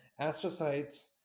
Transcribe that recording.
astrocytes